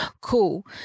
Cool